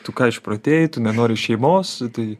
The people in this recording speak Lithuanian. tu ką išprotėjai tu nenori šeimos tai